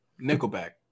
Nickelback